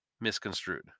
misconstrued